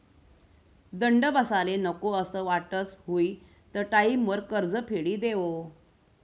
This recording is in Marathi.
दंड बसाले नको असं वाटस हुयी त टाईमवर कर्ज फेडी देवो